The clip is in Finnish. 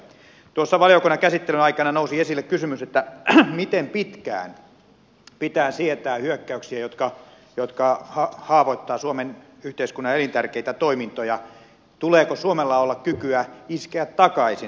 valiokunnan käsittelyn aikana nousi esille kysymys miten pitkään pitää sietää hyökkäyksiä jotka haavoittavat suomen yhteiskunnan elintärkeitä toimintoja tuleeko suomella olla kykyä iskeä takaisin